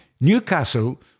Newcastle